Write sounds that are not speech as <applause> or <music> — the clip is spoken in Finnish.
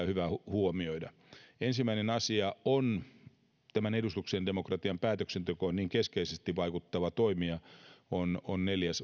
<unintelligible> hyvä huomioida <unintelligible> kaksi kehittämisen arvoista asiaa ensimmäinen asia on tämän edustuksellisen demokratian päätöksentekoon keskeisesti vaikuttava toimija <unintelligible> on on neljäs